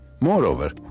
Moreover